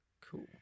Cool